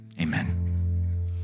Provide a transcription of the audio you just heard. amen